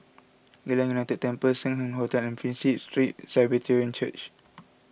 Geylang United Temple Sing Hoe Hotel and Prinsep Street Presbyterian Church